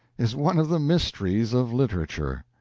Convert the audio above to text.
is one of the mysteries of literature.